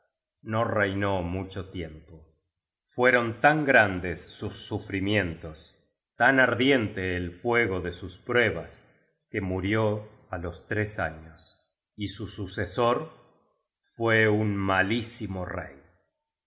no reinó mucho tiempo fueron tan grandes sus sufrimientos tan ardiente el fuego de sus pruebas que murió á ios tres años y su sucesor fue un malísimo rey